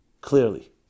clearly